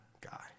guy